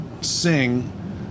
sing